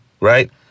right